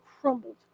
crumbled